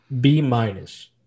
B-minus